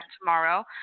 tomorrow